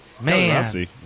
Man